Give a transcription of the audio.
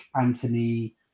Anthony